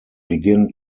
begin